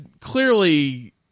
clearly